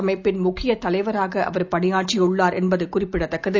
அமைப்பின் முக்கியதலைவராகவிம் அவர் பணியாற்றியுள்ளார் என்பதுகுறிப்பிடத்தக்கது